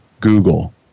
Google